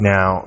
Now